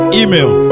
email